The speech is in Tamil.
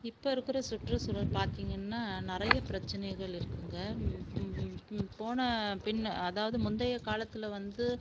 இப்போ இருக்கிற சுற்றுசூழல் பார்த்திங்கன்னா நிறைய பிரச்சினைகள் இருக்குங்க ம் ம் ம் ம் போன பின் அதாவது முந்தைய காலத்தில் வந்து